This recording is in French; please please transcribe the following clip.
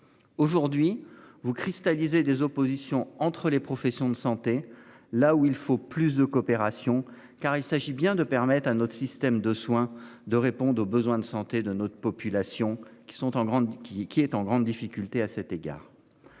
Aujourd'hui vous cristalliser des oppositions entre les professions de santé là où il faut plus de coopération car il s'agit bien de permettre à notre système de soins, de répondre aux besoins de santé de notre population qui sont en grande qui qui est en grande